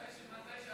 מתי שתרצה.